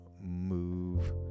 move